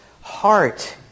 heart